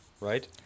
Right